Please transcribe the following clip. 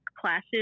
classes